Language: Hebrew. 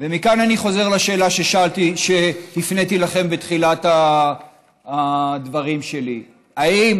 מכאן אני חוזר לשאלה שהפניתי אליכם בתחילת הדברים שלי: האם